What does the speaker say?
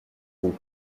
vous